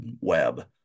web